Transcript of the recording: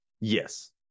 Yes